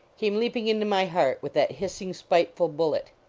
came leaping into my heart with that hissing, spiteful bullet.